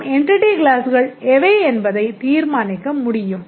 நாம் என்டிட்டி க்ளாஸ்கள் எவை என்பதைத் தீர்மானிக்க முடியும்